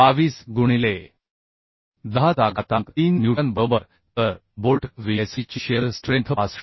22 गुणिले 10 चा घातांक 3 न्यूटन बरोबर तर बोल्ट VSD ची शिअर स्ट्रेंथ 65